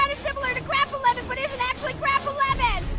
and similar to grandpa lemon, but isn't actually grandpa lemon!